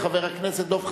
מה שרוצה חבר הכנסת חנין,